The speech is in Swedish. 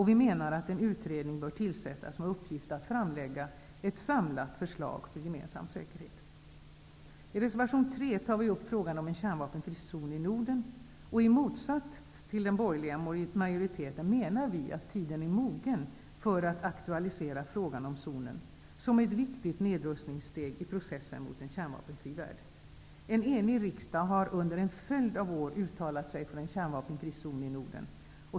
Vi menar att en utredning bör tillsättas med uppgift att framlägga ett samlat förslag för gemensam säkerhet. I reservation 3 tar vi upp frågan om en kärnvapenfri zon i Norden, och i motsats till den borgerliga majoriteten menar vi att tiden är mogen för att aktualisera frågan om zonen, som ett viktigt nedrustningssteg i processen mot en kärnvapenfri värld. En enig riksdag har under en följd av år uttalat sig för en kärnvapenfri zon i Norden.